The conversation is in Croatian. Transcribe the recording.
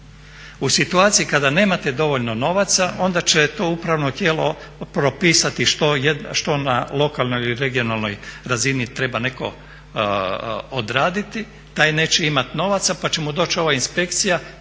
U situaciji kada nemate dovoljno novaca onda će to upravno tijelo propisati što na lokalnoj i regionalnoj razini treba neko odraditi, taj neće imati novaca, pa će mu doći ovaj inspekcija,